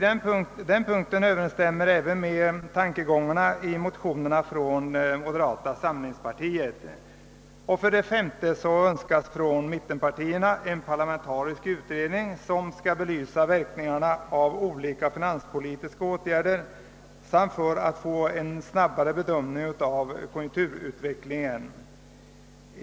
Den punkten överensstämmer med tankarna i motioner från moderata samlingspartiet. För det femte önskar mittenpartierna en parlamentarisk utredning som skall belysa verkningarna av olika finanspolitiska åtgärder och göra en snabbare bedömning av konjunkturutvecklingen.